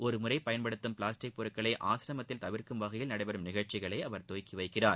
ஒருமுறை பயன்படுத்தும் பிளாஸ்டிக் பொருட்களை ஆசிரமத்தில் தவிர்க்கும் வகையில் நடைபெறும் நிகழ்ச்சிகளை அவர் துவக்கி வைக்கிறார்